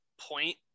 point